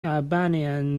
albanian